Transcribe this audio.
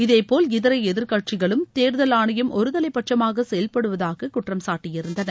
இதேபோல் இதர எதிர்க்கட்சிகளும் தேர்தல் ஆணையம் ஒருதலைப்பட்சமாக செயல்படுவதாக குற்றம்சாட்டியிருந்தன